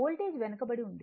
voltage వెనుకబడి ఉంది